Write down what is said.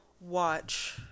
watch